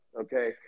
Okay